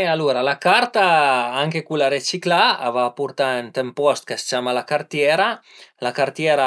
E alura la carta anche cula reciclà a va purtà ënt ën post ch'a së ciama la cartiera. La cartiera